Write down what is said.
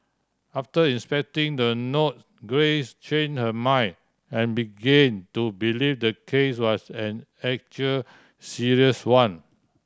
after inspecting the note Grace change her mind and begin to believe the case was an actual serious one